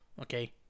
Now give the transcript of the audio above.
Okay